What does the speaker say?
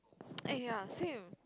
!aiya! same